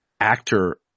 actor